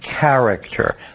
character